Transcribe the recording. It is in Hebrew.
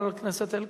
אני מעדיף.